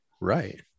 Right